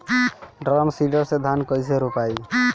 Drum seeder से धान कैसे रोपाई?